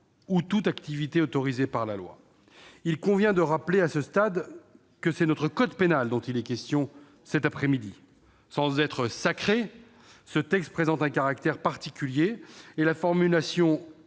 ou toute activité autorisée par la loi ». Il convient de rappeler à ce stade que c'est de notre code pénal qu'il est question cet après-midi. Celui-ci, sans être sacré, présente un caractère particulier et la formulation